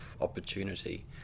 opportunity